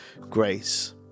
grace